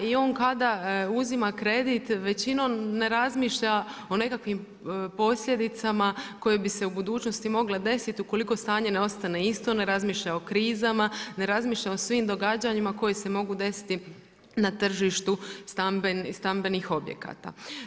I on kada uzima kredit većinom ne razmišlja o nekakvim posljedicama koje bi se u budućnosti mole desiti ukoliko stanje ne ostane isto, ne razmišlja o krizama, ne razmišlja o svim događanjima koji se mogu desiti na tržištu stambenih objekata.